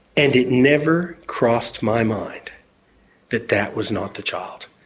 and it never crossed my mind that that was not the child,